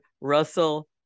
Russell